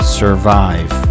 survive